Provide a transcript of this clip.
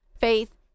faith